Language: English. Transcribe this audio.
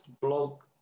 blog